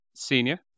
Senior